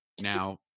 Now